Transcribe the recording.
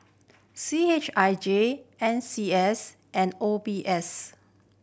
C H I J N C S and O B S